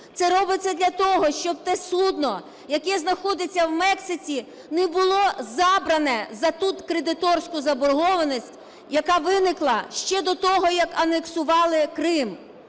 Це робиться для того, щоб те судно, яке знаходиться в Мексиці, не було забрану за ту кредиторську заборгованість, яка виникла ще до того, як анексували Крим,